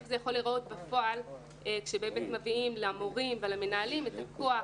איך זה יכול להיראות בפועל כשמביאים למורים ולמנהלים את הכוח